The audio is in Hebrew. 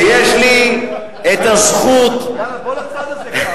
שיש לי הזכות, יאללה, בוא לצד הזה.